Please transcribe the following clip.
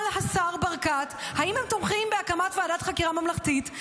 השר ברקת אם הם תומכים בהקמת ועדת חקירה ממלכתית.